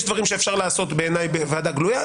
יש דברים שאפשר לעשות בעיניי בוועדה גלויות,